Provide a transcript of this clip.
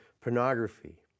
pornography